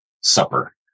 supper